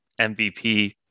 mvp